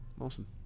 awesome